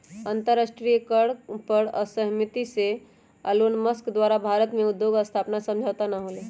अंतरराष्ट्रीय कर पर असहमति से एलोनमस्क द्वारा भारत में उद्योग स्थापना समझौता न होलय